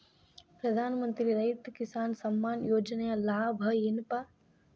ಪ್ರಧಾನಮಂತ್ರಿ ರೈತ ಕಿಸಾನ್ ಸಮ್ಮಾನ ಯೋಜನೆಯ ಲಾಭ ಏನಪಾ?